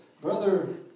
Brother